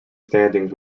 standings